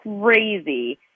crazy